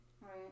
Right